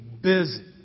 busy